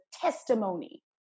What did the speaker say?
testimony